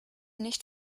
nicht